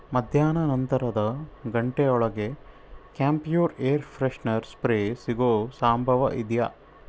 ಮಧ್ಯಾಹ್ನಾನಂತರದ ಗಂಟೆಯೊಳಗೆ camphor air freshener spray ಸಿಗೋ ಸಂಭವ ಇದೆಯಾ